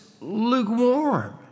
lukewarm